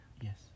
yes